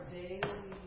daily